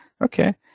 okay